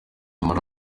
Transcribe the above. muri